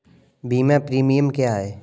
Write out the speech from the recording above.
बीमा प्रीमियम क्या है?